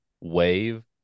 Wave